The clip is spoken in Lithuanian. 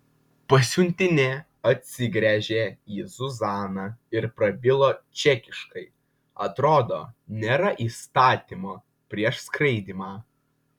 pasiuntinė atsigręžė į zuzaną ir prabilo čekiškai atrodo nėra įstatymo prieš skraidymą